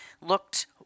looked